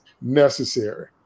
necessary